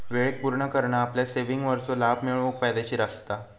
वेळेक पुर्ण करना आपल्या सेविंगवरचो लाभ मिळवूक फायदेशीर असता